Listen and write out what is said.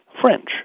French